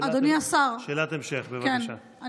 שאלת המשך, בבקשה.